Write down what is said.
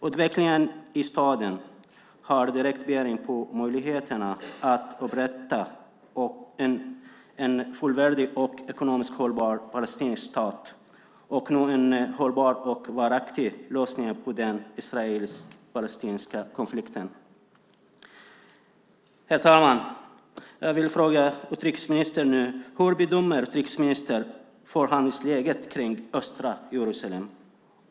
Utvecklingen i staden har direkt bäring på möjligheterna att upprätta en fullvärdig och ekonomiskt hållbar palestinsk stat och uppnå en hållbar och varaktig lösning på den israelisk-palestinska konflikten. Herr talman! Jag vill fråga utrikesministern hur han bedömer förhandlingsläget kring östra Jerusalem.